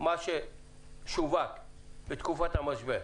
מה ששווק בתקופת המשבר.